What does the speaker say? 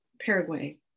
Paraguay